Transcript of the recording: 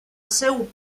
seu